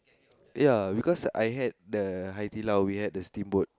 ya because I had the Hai Di Lao we had the steamboat